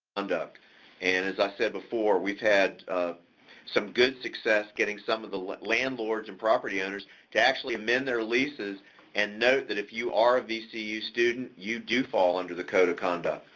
and as i said before, we've had some good success getting some of the landlords and property owners to actually amend their leases and note that if you are a vcu student, you do fall under the code of conduct.